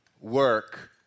work